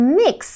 mix